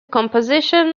composition